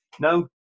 no